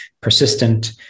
persistent